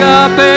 up